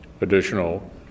additional